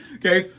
okay,